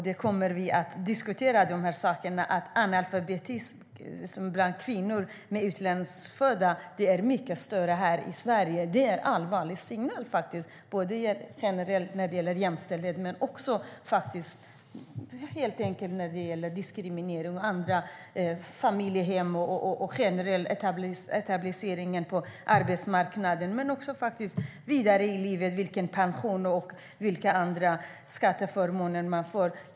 Då kommer vi att diskutera att analfabetismen bland utlandsfödda kvinnor är mycket stor här i Sverige. Det är en allvarlig signal när det gäller jämställdhet men också när det gäller diskriminering, hemsituationen, etableringen på arbetsmarknaden och vilken pension och andra skatteförmåner man får.